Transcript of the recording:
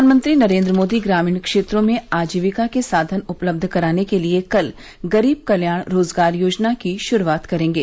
प्रधानमंत्री नरेन्द्र मोदी ग्रामीण क्षेत्रों में आजीविका के साधन उपलब्ध कराने के लिए कल गरीब कल्याण रोजगार योजना की शुरूआत करेंगे